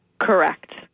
Correct